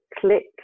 click